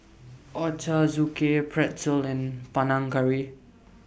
Ochazuke Pretzel and Panang Curry